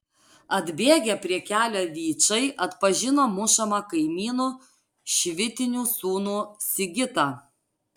atbėgę prie kelio vyčai atpažino mušamą kaimynu švitinių sūnų sigitą